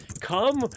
come